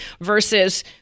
versus